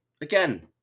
again